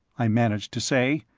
i managed to say.